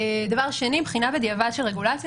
דבר שני, בחינה בדיעבד של רגולציה.